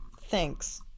thanks